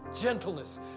gentleness